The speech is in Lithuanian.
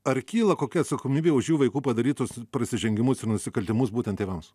ar kyla kokia atsakomybė už jų vaikų padarytus prasižengimus ir nusikaltimus būtent tėvams